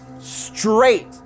straight